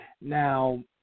Now